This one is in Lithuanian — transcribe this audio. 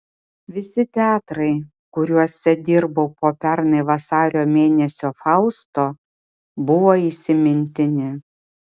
visi teatrai kuriuose dirbau po pernai vasario mėnesio fausto buvo įsimintini